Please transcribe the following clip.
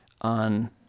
on